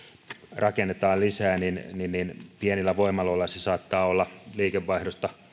rakennetaan lisää niin niin pienillä voimaloilla se saattaa olla liikevaihdosta